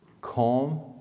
Calm